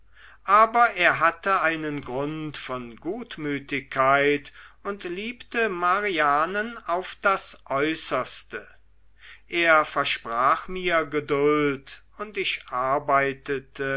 aber er hatte einen grund von gutmütigkeit und liebte marianen auf das äußerste er versprach mir geduld und ich arbeitete